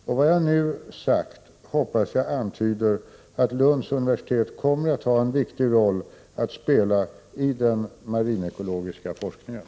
Det jag nu sagt hoppas jag antyder att Lunds universitet kommer att ha en viktig roll att spela i den marinekologiska forskningen.